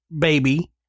baby